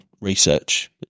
research